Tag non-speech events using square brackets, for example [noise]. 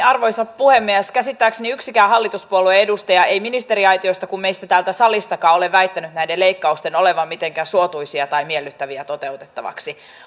[unintelligible] arvoisa puhemies käsittääkseni yksikään hallituspuolueen edustaja niin ministeriaitiosta kuin meistä täältä salistakaan ei ole väittänyt näiden leikkausten olevan mitenkään suotuisia tai miellyttäviä toteutettaviksi